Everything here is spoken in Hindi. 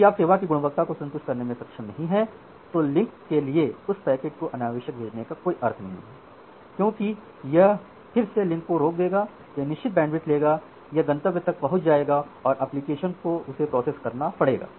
यदि आप सेवा की गुणवत्ता को संतुष्ट करने में सक्षम नहीं हैं तो लिंक के लिए उस पैकेट को अनावश्यक भेजने का कोई अर्थ नहीं है क्योंकि यह फिर से लिंक को रोक देगा यह निश्चित बैंडविड्थ लेगा यह अंतिम गंतव्य तक पहुंच जाएगा और एप्लीकेशन को उसे प्रोसेस करना पड़ेगा